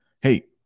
Hey